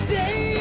day